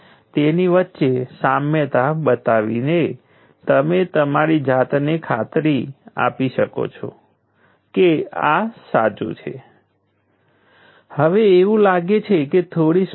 હવે કેપેસિટરની જેમ જ્યારે તમે ઇન્ડક્ટર કરંટને 0 થી ચોક્કસ મૂલ્ય ILઉપર લઈ જાઓ છો ત્યારે તે ચોક્કસ માત્રામાં એનર્જી શોષી લે છે અને તે પછી તે બધું પાછું મેળવી શકે છે